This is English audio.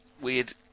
weird